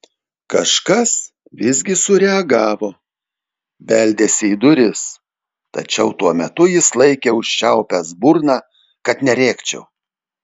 kažkas visgi sureagavo beldėsi į duris tačiau tuo metu jis laikė užčiaupęs burną kad nerėkčiau